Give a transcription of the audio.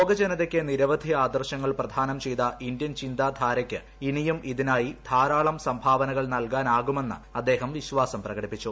ലോക ജനതയ്ക്ക് നിരവധി ആദർശങ്ങൾ പ്രദാനം ചെയ്ത ഇന്ത്യൻ ചിന്താധാരയ്ക്ക് ഇനിയും ഇതിനായി ധാരാളം സംഭാവനകൾ നൽകാനാകുമെന്ന് അദ്ദേഹം വിശ്വാസം പ്രകടിപ്പിച്ചു